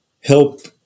help